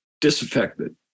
disaffected